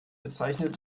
bezeichnete